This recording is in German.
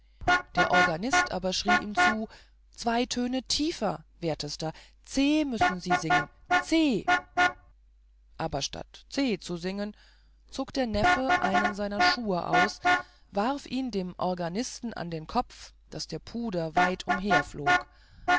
der organist aber schrie ihm zu zwei töne tiefer wertester c müssen sie singen c statt aber c zu singen zog der neffe einen seiner schuhe ab und warf ihn dem organisten an den kopf daß der puder weit